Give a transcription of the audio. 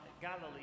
Galilee